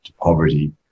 poverty